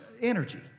energy